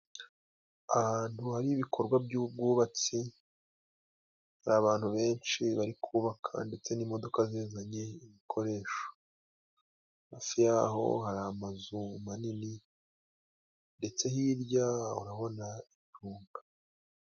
Ahantu hari ibikorwa by'ubwubatsi, hari abantu benshi bari kubaka ndetse n'imodoka zizanye ibikoresho. Hafi yaho hari amazu manini ndetse hirya urabona ibirunga.